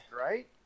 Right